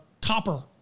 copper